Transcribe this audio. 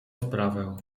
sprawę